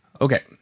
Okay